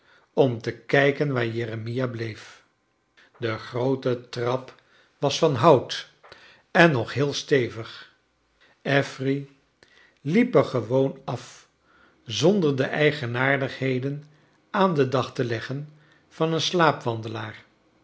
om te kijken waar jeremia bleef de groote trap was van hout en nog heel stevig affery liep er gewoon af zonder de eigenaardigheden aan den dag te legge a van een